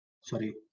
Sorry